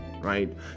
right